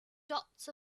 dots